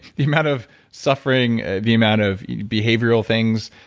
the amount of suffering, the amount of behavioral things,